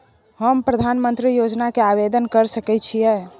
हम प्रधानमंत्री योजना के आवेदन कर सके छीये?